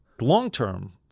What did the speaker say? long-term